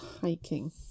hiking